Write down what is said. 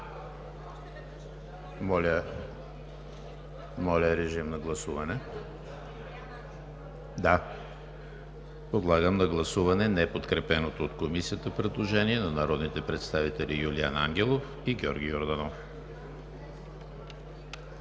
към гласуване. Подлагам на гласуване първо неподкрепеното от Комисията предложение на народните представители Юлиан Ангелов и Георги Йорданов.